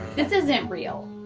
this isn't real.